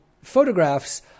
photographs